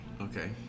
Okay